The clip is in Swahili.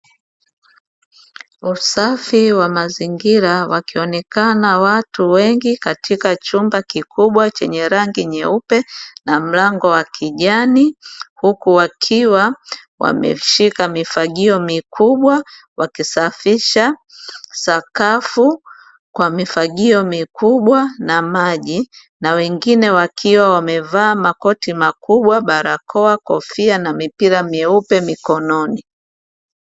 Usafi wa mazingira, wakionekana watu wengi katika chumba kikubwa chenye rangi nyeupe na mlango wa kijani, huku wakiwa wameshika mifagio mikubwa wakisafisha sakafu, kwa mifagio mikubwa na maji; na wengine wakiwa wamevaa makoti makubwa, barakoa, kofia na mipira myeupe mikononi.